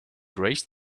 raised